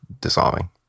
dissolving